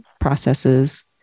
processes